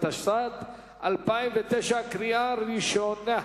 התשס"ט 2009, קריאה ראשונה.